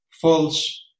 false